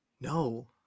No